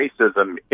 racism